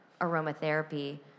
aromatherapy